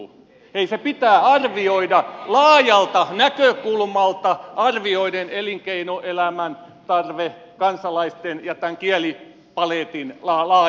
ei se pitää arvioida laajalta näkökulmalta arvioiden elinkeinoelämän kansalaisten tarve ja tämän kielipaletin laajentaminen